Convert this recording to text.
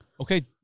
Okay